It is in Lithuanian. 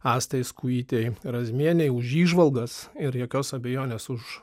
astai skujytei razmienei už įžvalgas ir jokios abejonės už